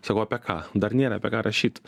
sakau apie ką dar nėra apie ką rašyt